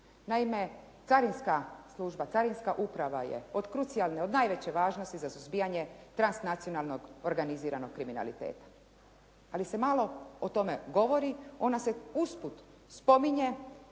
Naime, carinska služba, Carinska uprava je od krucijalne, od najveće važnosti za suzbijanje transnacionalnog organiziranog kriminaliteta ali se malo o tome govori, ona se usput spominje